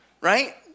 Right